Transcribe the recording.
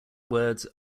words